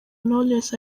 knowless